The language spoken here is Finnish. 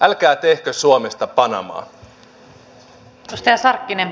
älkää tehkö suomesta panamaa